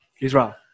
Israel